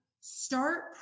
start